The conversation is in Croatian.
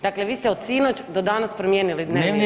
Dakle, vi ste od sinoć do danas promijenili dnevni red.